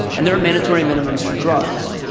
and there are mandatory minimums for drugs.